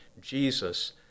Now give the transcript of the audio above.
Jesus